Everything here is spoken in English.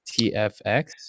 TFX